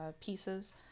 pieces